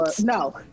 no